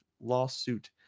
lawsuit